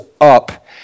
up